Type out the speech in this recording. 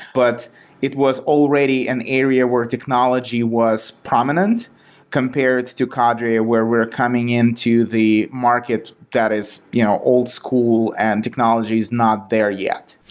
but it was already an area where technology was prominent compared to cadre ah where we're coming into the market that is you know old-school and technology is not there yet.